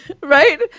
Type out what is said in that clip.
Right